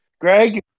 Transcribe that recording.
Greg